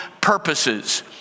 purposes